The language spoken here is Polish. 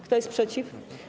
Kto jest przeciw?